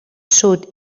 sud